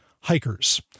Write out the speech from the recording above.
hikers